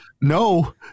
No